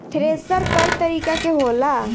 thresher कई तरीका के होला